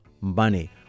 money